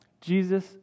Jesus